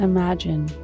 Imagine